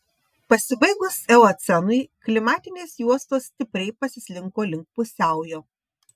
pasibaigus eocenui klimatinės juostos stipriai pasislinko link pusiaujo